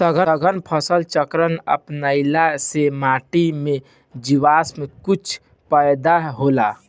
सघन फसल चक्र अपनईला से माटी में जीवांश कुल पैदा होला